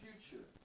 future